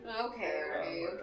Okay